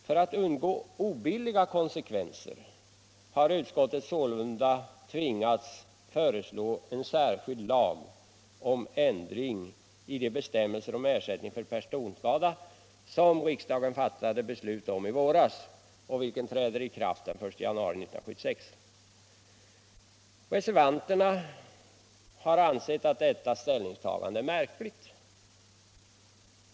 För att undgå obilliga konsekvenser har utskottet sålunda tvingats föreslå en särskild lag om ändring i de bestämmelser om ersättning för personskada som riksdagen fattade beslut om i våras och som träder i kraft den 1 januari 1976. Reservanterna anser att detta ställningstagande är märkligt.